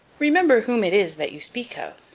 remember whom it is that you speak of.